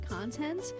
content